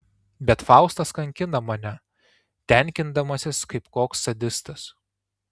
bet faustas kankina mane tenkindamasis kaip koks sadistas